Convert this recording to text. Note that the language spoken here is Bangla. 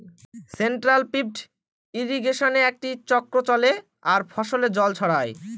সেন্ট্রাল পিভট ইর্রিগেশনে একটি চক্র চলে আর ফসলে জল ছড়ায়